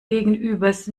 gegenübers